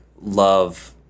love